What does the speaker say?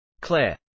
Claire